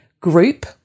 group